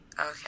Okay